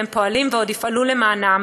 והם פועלים ועוד יפעלו למענם,